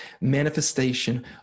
manifestation